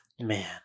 Man